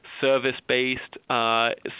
service-based